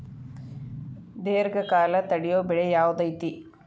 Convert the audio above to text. ದೇರ್ಘಕಾಲ ತಡಿಯೋ ಬೆಳೆ ಯಾವ್ದು ಐತಿ?